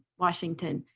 washington.